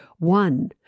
One